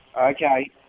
Okay